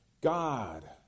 God